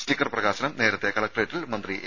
sticker പ്രകാശനം നേരത്തെ കലക്ടറേറ്റിൽ മന്ത്രി എ